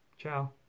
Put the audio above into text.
Ciao